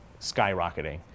skyrocketing